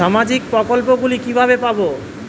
সামাজিক প্রকল্প গুলি কিভাবে পাব?